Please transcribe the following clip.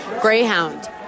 Greyhound